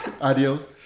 Adios